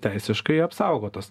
teisiškai apsaugotos